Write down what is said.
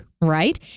right